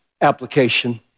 application